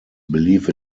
believe